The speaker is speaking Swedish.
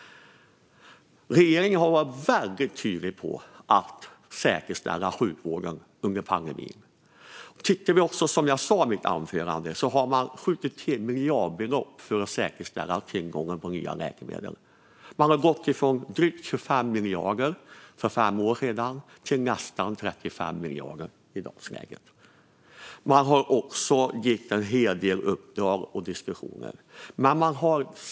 Regeringen har varit väldigt tydlig när det handlat om att säkerställa sjukvården under pandemin. Som jag sa i mitt anförande har man också skjutit till miljardbelopp för att säkerställa tillgången på nya läkemedel. Man har gått från drygt 25 miljarder för fem år sedan till nästan 35 miljarder i dagsläget. Man har också en hel del uppdrag och diskussioner.